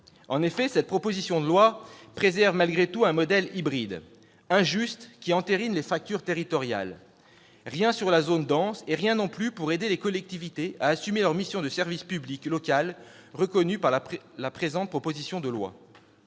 En effet, cette proposition de loi préserve malgré tout un modèle hybride, injuste, qui entérine les fractures territoriales : rien sur la zone dense et rien non plus pour aider les collectivités à assumer leur mission de service public local reconnu par la présente proposition de loi.